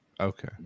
Okay